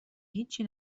هیچی